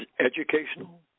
educational